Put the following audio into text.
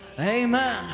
amen